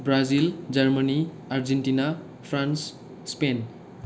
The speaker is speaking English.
Brasil Germany Argentina France Spain